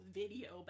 video